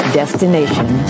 destination